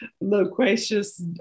loquacious